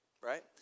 right